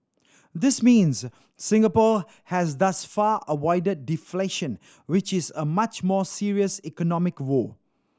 this means Singapore has thus far avoided deflation which is a much more serious economic woe